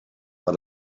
war